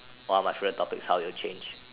what are my favorite topics how it will change